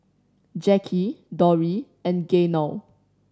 Jacky Dori and Gaynell